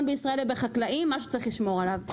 בישראל ובחקלאים משהו שצריך לשמור עליו.